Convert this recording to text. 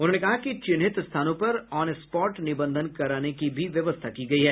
उन्होंने कहा कि चिन्हित स्थानों पर ऑन स्पॉट निबंधन कराने की भी व्यवस्था की गयी है